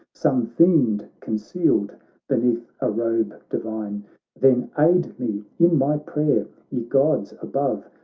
some fiend concealed beneath a robe divine then aid me in my prayer, ye gods above,